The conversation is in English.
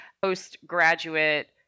postgraduate